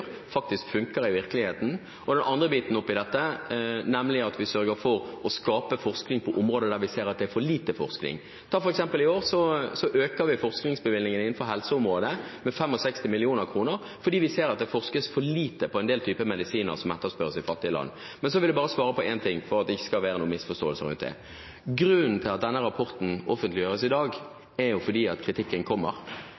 faktisk funker i virkeligheten. Den andre biten oppi dette er jo at vi sørger for å skape forskning på områder der vi ser at det er for lite forskning. For eksempel øker vi i år forskningsbevilgningene innenfor helseområdet med 65 mill. kr, fordi vi ser at det forskes for lite på en del type medisiner som etterspørres i fattige land. Men så vil jeg bare svare på én ting for at det ikke skal være noen misforståelse rundt det: Grunnen til at denne rapporten offentliggjøres i dag,